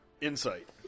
Insight